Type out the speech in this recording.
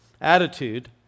attitude